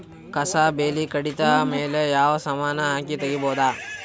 ಕಸಾ ಬೇಲಿ ಕಡಿತ ಮೇಲೆ ಯಾವ ಸಮಾನ ಹಾಕಿ ತಗಿಬೊದ?